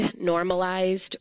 normalized